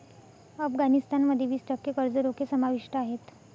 अफगाणिस्तान मध्ये वीस टक्के कर्ज रोखे समाविष्ट आहेत